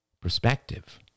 Perspective